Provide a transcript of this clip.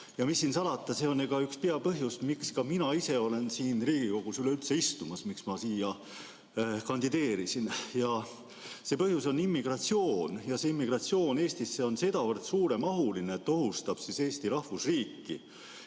Ja mis siin salata, see on ka üks peapõhjus, miks ka mina ise olen siin Riigikogus üleüldse istumas, miks ma siia kandideerisin. Põhjus on immigratsioon Eestisse, mis on sedavõrd suuremahuline, et see ohustab Eesti rahvusriiki,